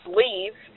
leave